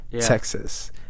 Texas